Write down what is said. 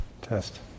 Test